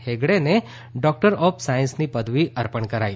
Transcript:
હેગડેને doctor of સાયન્સની પદવી અર્પણ કરાઇ